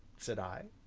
said i.